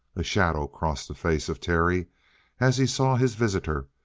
a shadow crossed the face of terry as he saw his visitor,